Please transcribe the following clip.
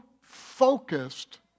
focused